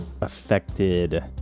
affected